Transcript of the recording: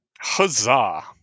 Huzzah